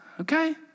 okay